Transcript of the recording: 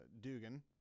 dugan